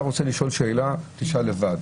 אתה רוצה לשאול שאלה, תשאל לבד.